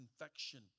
infection